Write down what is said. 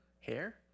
Hair